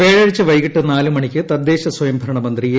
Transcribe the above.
വ്യാഴാഴ്ച വൈകിട്ട് നാല് മണിക്ക് തദ്ദേശസ്വയംഭരണ മന്ത്രി എ